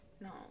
No